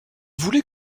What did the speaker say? voulait